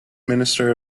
minister